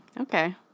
okay